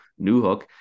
Newhook